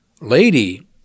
lady